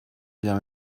bien